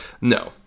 No